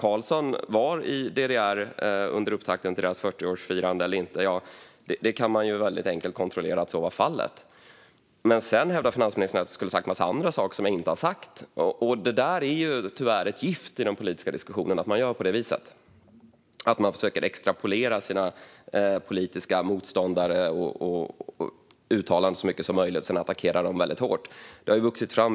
Det går väldigt enkelt att kontrollera att Ingvar Carlsson var i DDR under upptakten till deras 40-årsfirande, men sedan hävdar finansministern att jag skulle ha sagt en massa andra saker som jag inte har sagt. Att man gör på det viset och försöker att extrapolera sina politiska motståndare och deras uttalanden så mycket som möjligt och sedan attackera dem väldigt hårt är tyvärr ett gift i den politiska diskussionen.